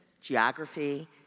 geography